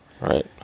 right